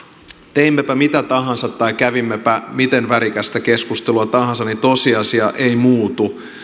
teimmepä mitä tahansa tai kävimmepä miten värikästä keskustelua tahansa niin tosiasia ei muutu